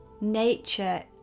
Nature